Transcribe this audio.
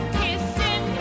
kissing